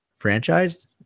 franchised